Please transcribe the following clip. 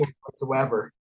whatsoever